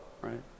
right